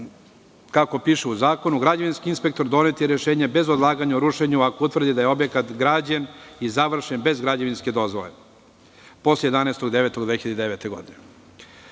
kako piše u zakonu, građevinski inspektor doneti rešenje bez odlaganja o rušenju ako utvrdi da je objekat građen i završen bez građevinske dozvole posle 11. 09. 2009.